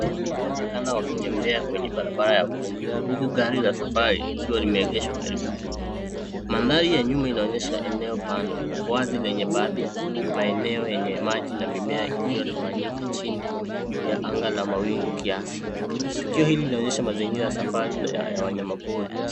Tembo wanaonekana wakitembea kwenye barabara ya vumbi huku gari la safari likiwa limeegeshwa karibu. Mandhari ya nyuma inaonyesha eneo pana wazi lenye baadhi ya maeneo yenye maji na mimea iliyotawanyika chini ya anga la mawingu kiasi. Tukio hili linaonyesha mazingira ya safari ya wanyama pori.